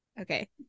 Okay